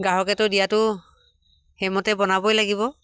গ্ৰাহকেতো দিয়াতো সেইমতে বনাবই লাগিব